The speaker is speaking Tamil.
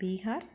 பீகார்